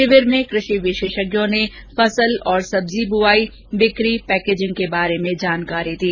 शिविर में कृषि विशेषज्ञों ने फसल और सब्जी बुवाई बिकी पैकेजिंग के बारे में जानकारी दी